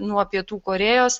nuo pietų korėjos